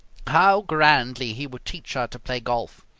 how grandly he would teach her to play golf.